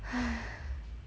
!hais!